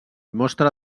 mostra